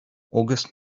august